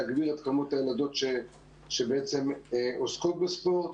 להגביר את כמות הילדות שעוסקות בספורט.